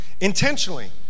intentionally